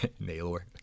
Naylor